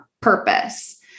purpose